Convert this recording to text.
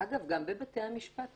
אגב, גם בבתי המשפט,